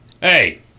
Hey